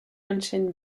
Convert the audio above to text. ancient